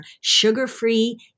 sugar-free